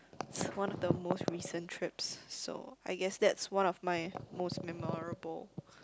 one of the most recent trips so I guess that's one of my most memorable